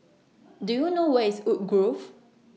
Do YOU know Where IS Woodgrove